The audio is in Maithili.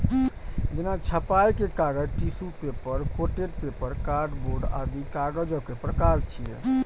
जेना छपाइ के कागज, tissue paper, coated paper, cardboard आदि कागजक प्रकार छियै